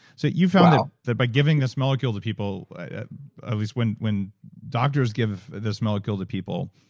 so you found, wow, that by giving this molecule to people at least when when doctors give this molecule to people,